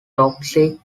toxic